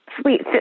Sweet